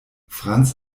franz